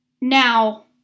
Now